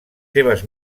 seves